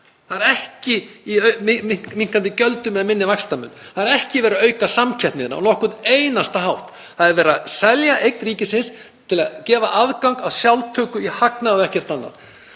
Það er ekki í minnkandi gjöldum eða minni vaxtamun. Það er ekki verið að auka samkeppni á nokkurn einasta hátt. Það er verið að selja eign ríkisins til að gefa aðgang að sjálftöku í hagnaði og ekkert annað.